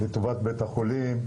לטובת בית החולים,